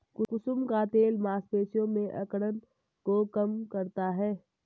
कुसुम का तेल मांसपेशियों में अकड़न को कम करता है